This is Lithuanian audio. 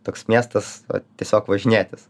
toks miestas tiesiog važinėtis